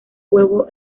huevo